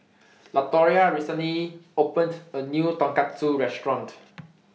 Latoria recently opened A New Tonkatsu Restaurant